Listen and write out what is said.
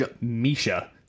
Misha